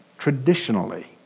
Traditionally